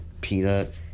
peanut